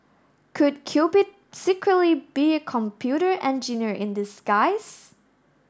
could Cupid secretly be a computer engineer in disguise